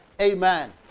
Amen